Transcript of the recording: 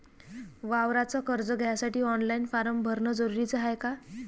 वावराच कर्ज घ्यासाठी ऑनलाईन फारम भरन जरुरीच हाय का?